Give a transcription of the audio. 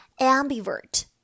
Ambivert